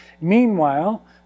Meanwhile